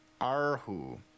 arhu